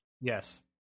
yes